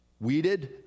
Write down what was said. weeded